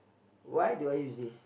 why do I use this